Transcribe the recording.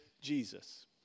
Jesus